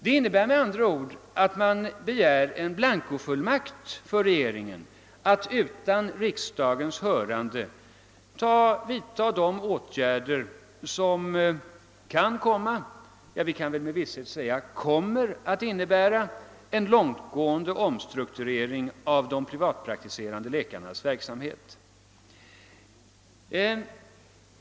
Det innebär med andra ord att man begär en inblancofullmakt för regeringen att utan riksdagens hörande vidta de åtgärder som kan — ja, vi kan väl med visshet säga kommer att — innebära en långtgående omstrukturering av de privatpraktiserande läkarnas verksamhet.